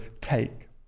take